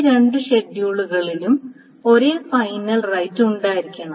ഈ രണ്ട് ഷെഡ്യൂളുകളിലും ഒരേ ഫൈനൽ റൈറ്റ് ഉണ്ടായിരിക്കണം